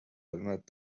قدمت